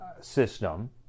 system